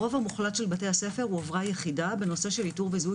ברוב בתי הספר של בתי הספר הועברה יחידה של איתור וזיהוי